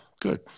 good